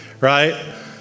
right